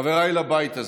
חבריי לבית הזה,